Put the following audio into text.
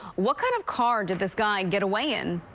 what kind of car did this guy get away in?